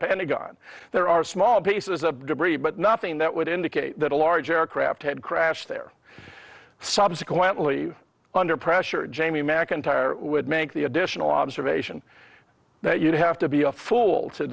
pentagon there are small pieces of debris but nothing that would indicate that a large aircraft had crashed there subsequently underpressure jamie mcintyre would make the additional observation that you'd have to be a fool to